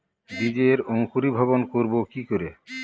বীজের অঙ্কুরিভবন করব কি করে?